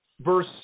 Verse